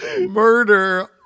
murder